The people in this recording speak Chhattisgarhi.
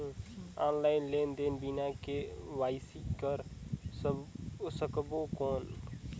ऑनलाइन लेनदेन बिना के.वाई.सी कर सकबो कौन??